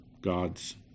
God's